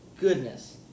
goodness